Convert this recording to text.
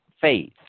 faith